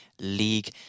League